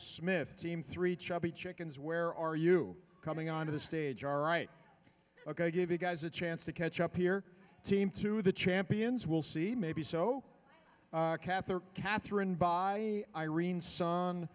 smith team three chubby chickens where are you coming on to the stage are right ok i gave you guys a chance to catch up here seem to the champions will see maybe so katherine katherine by irene so